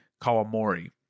Kawamori